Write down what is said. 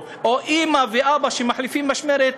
או אימא ואבא שמחליפים משמרת,